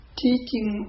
teaching